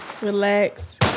relax